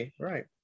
Right